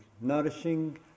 nourishing